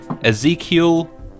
Ezekiel